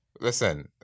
listen